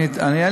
איפה?